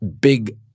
big